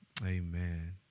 Amen